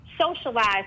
socialized